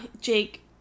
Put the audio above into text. Jake